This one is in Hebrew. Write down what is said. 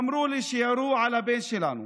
אמרו לי: ירו על הבן שלנו